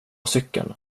cykeln